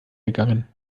gegangen